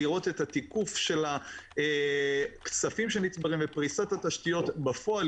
לראות את התיקוף של הכספים שנצברים ופריסת התשתיות בפועל,